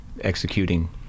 executing